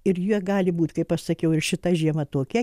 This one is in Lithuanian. ir jie gali būt kaip aš sakiau ir šita žiema tokia